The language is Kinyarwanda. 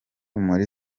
muri